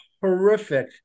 horrific